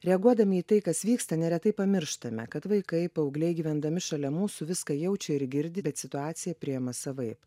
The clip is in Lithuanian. reaguodami į tai kas vyksta neretai pamirštame kad vaikai paaugliai gyvendami šalia mūsų viską jaučia ir girdi bet situaciją priima savaip